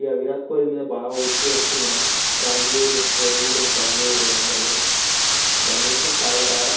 ఇగ విరాట్ కోహ్లీ మీద బాగా హోప్స్ పెట్టుకుందం ప్రాంక్ వీడియోస్ ట్రోలింగ్ వీడియోస్ బంద్ చేయుండ్రి ఇగ అందరూ బంద్ చేసి చాలా బాగా